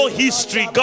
history